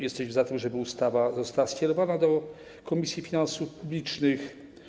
Jesteśmy za tym, żeby ustawa została skierowana do Komisji Finansów Publicznych.